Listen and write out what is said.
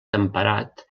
temperat